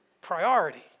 Priority